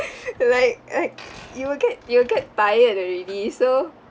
like like you will get you'll get tired already so